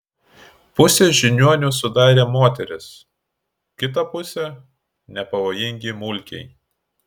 pusę žiniuonių sudarė moterys kitą pusę nepavojingi mulkiai